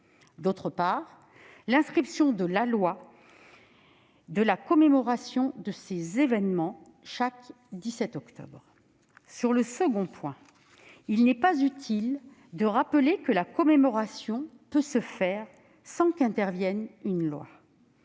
d'autre part, l'inscription dans la loi de la commémoration de ces événements, chaque 17 octobre. Sur le second point, il n'est pas inutile de rappeler qu'une commémoration peut être célébrée sans qu'intervienne une loi.